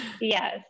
Yes